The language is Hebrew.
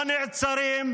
לא נעצרים,